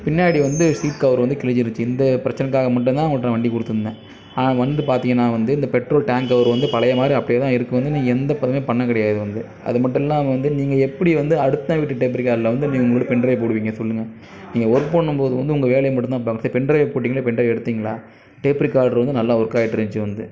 பின்னாடி வந்து seat cover வந்து கிழிஞ்சுருந்துச்சி இந்த பிரச்சனைக்காக மட்டும் தான் உங்கள்ட்ட நான் வண்டி குடுத்துருந்தேன் வந்து பார்த்திங்கனா வந்து இந்த பெட்ரோல் டேங்க் கவர் வந்து பழைய மாதிரி அப்படியே தான் இருக்குது இப்போ வந்து நீங்கள் எந்த பண்ண கிடையாது வந்து அது மட்டுமில்லாமல் நீங்கள் எப்படி வந்து அடுத்த வீட்டு டேப்ரிகார்டில் வந்து நீங்கள் உங்களோட பென்ட்ரைவ் போடுவீங்கள் சொல்லுங்கள் நீங்கள் ஒர்க் பண்ணும்போது வந்து உங்கள் வேலையை மட்டும் தானே பார்க்கணும் சரி பென்ட்ரைவ் போட்டிங்களே பென்ட்ரைவ் எடுத்தீங்களா டேப்ரிக்கார்டர் வந்து நல்லா ஒர்க் ஆகிட்டுருந்துச்சி வந்து